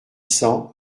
cents